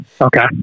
Okay